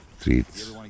treats